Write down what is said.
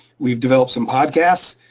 we've developed some podcasts,